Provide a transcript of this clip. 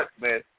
man